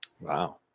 Wow